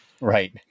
right